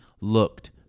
looked